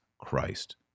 Christ